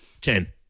Ten